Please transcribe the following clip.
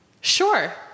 Sure